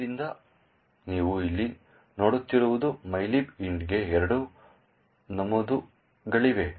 ಆದ್ದರಿಂದ ನೀವು ಇಲ್ಲಿ ನೋಡುತ್ತಿರುವುದು mylib int ಗೆ ಎರಡು ನಮೂದುಗಳಿವೆ